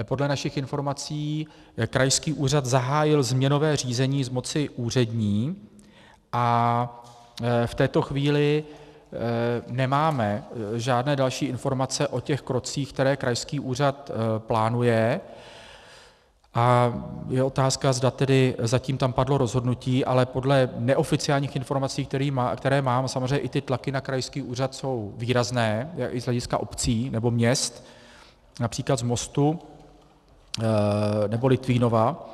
Podle našich informací krajský úřad zahájil změnové řízení z moci úřední a v této chvíli nemáme žádné další informace o krocích, které krajský úřad plánuje, a je otázka, zda tedy zatím tam padlo rozhodnutí, ale podle neoficiálních informací, které mám, samozřejmě i tlaky na krajský úřad jsou výrazné i z hlediska obcí nebo měst, například z Mostu nebo Litvínova.